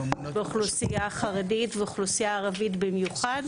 באוכלוסייה חרדית ואוכלוסייה ערבית במיוחד,